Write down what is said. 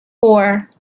four